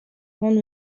grandes